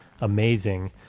amazing